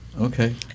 Okay